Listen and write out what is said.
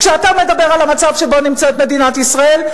כשאתה מדבר על המצב שבו נמצאת מדינת ישראל.